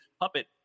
puppet